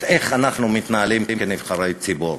איך אנחנו מתנהלים כנבחרי ציבור.